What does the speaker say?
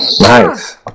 Nice